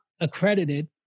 accredited